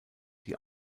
die